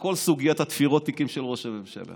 כל סוגיית תפירות התיקים של ראש הממשלה,